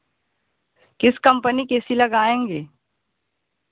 किस कंपनी की A C लगाएँगे